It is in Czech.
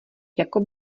jako